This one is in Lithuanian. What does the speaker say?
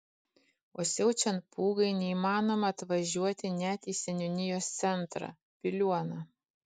o siaučiant pūgai neįmanoma atvažiuoti net į seniūnijos centrą piliuoną